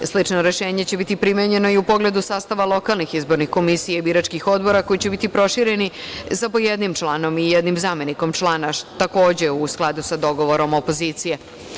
Slično rešenje će biti primenjeno i u pogledu sastava lokalnih izbornih komisija i biračkih odbora koji će biti prošireni sa po jednim članom i zamenikom člana, takođe u skladu sa dogovorom opozicije.